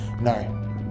No